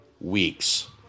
weeks